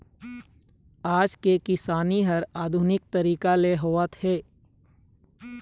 आज के किसानी ह आधुनिक तरीका ले होवत हे